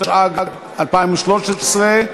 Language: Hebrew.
התשע"ג 2013,